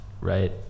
right